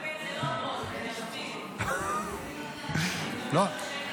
--- זה לא פה --- אני מדברת בשקט.